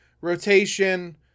rotation